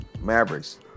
Mavericks